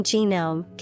Genome